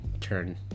turn